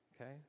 Okay